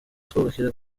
twubakira